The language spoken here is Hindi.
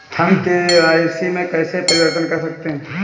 हम के.वाई.सी में कैसे परिवर्तन कर सकते हैं?